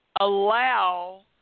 allow